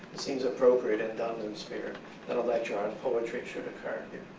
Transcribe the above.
it seems appropriate in dandin's spirit that a lecture on poetry should occur here.